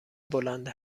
بلند